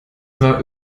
ist